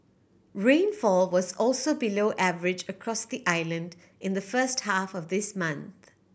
rainfall was also below average across the island in the first half of this month